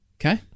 Okay